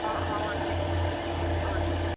অ অ ঠিক অ ঠিক আছে